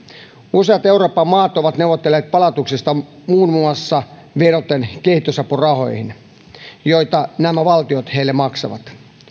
useat euroopan maat ovat neuvotelleet palautuksista muun muassa vedoten kehitysapurahoihin joita nämä valtiot irakille maksavat